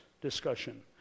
discussion